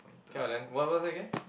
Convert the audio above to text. okay lah then what what's that again